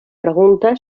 pregunta